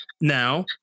Now